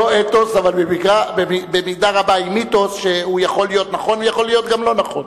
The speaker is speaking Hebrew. אבל במידה רבה היא מיתוס שיכול להיות נכון ויכול להיות גם לא נכון.